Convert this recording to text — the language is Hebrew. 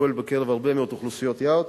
שפועל בקרב הרבה מאוד אוכלוסיות יעד: